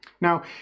Now